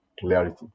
clarity